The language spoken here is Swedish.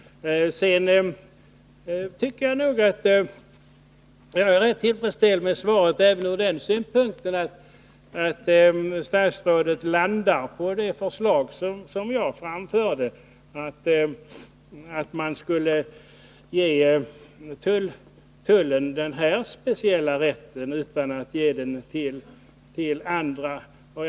pellationer Tövrigt är jag ganska tillfredsställd med svaret, även ur den synpunkten att statsrådet landar på det förslag som jag framförde, nämligen att man skulle ge tullpersonalen speciell rätt att utföra yttre kontroll av kroppen utan att ge sådan rätt till andra kategorier.